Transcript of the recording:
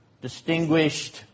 distinguished